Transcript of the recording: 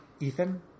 Ethan